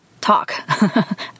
Talk